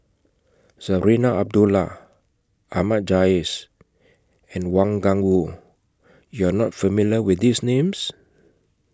Zarinah Abdullah Ahmad Jais and Wang Gungwu YOU Are not familiar with These Names